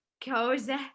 cozy